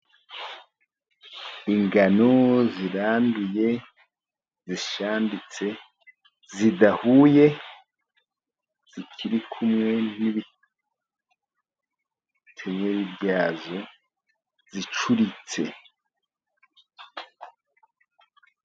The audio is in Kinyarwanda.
Ingano zirambiye, zishambitse, zidahuye, zikiri kumwe n'ibikenyeri byazo zicuritse.